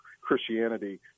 Christianity